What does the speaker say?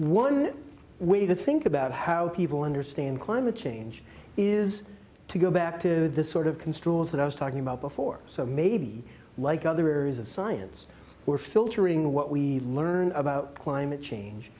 one way to think about how people understand climate change is to go back to this sort of constraints that i was talking about before so maybe like other areas of science we're filtering what we learn about climate change